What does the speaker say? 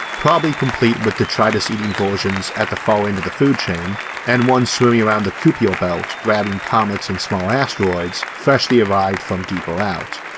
probably complete with detritus eating versions at the far end of the food chain and ones swimming around kupier belt grabbing comets and small asteroids freshly arrived from deeper out.